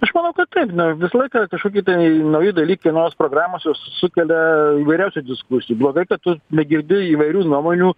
aš manau kad taip na visą laiką kažkokie tai nauji dalykai naujos programos jos sukelia įvairiausių diskusijų blogai kad tu negirdi įvairių nuomonių